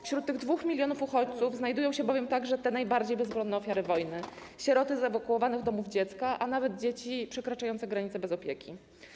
Wśród tych 2 mln uchodźców znajdują się bowiem także najbardziej bezbronne ofiary wojny, czyli sieroty z ewakuowanych domów dziecka oraz dzieci przekraczające granicę bez opieki.